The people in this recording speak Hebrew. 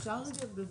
אפשר בבקשה?